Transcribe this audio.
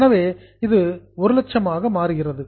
எனவே இது 100000 ஆக மாறுகிறது